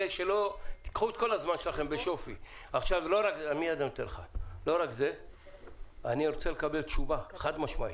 לא רק זה אלא שאני רוצה לקבל תשובה חד משמעית,